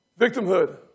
Victimhood